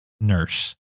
nurse